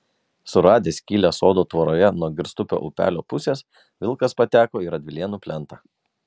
suradęs skylę sodo tvoroje nuo girstupio upelio pusės vilkas pateko į radvilėnų plentą